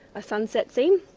a sunset scene,